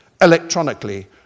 electronically